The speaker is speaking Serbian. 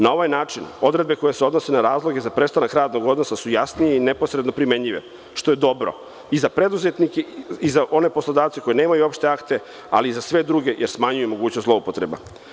Na ovaj način odredbe koje se odnose na razloge za prestanak radnog odnosa su jasnije i neposredno primenjive, što je dobro i za preduzetnike i za one poslodavce koji nemaju opšte akte, ali i za sve druge jer smanjuju mogućnost zloupotreba.